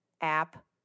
app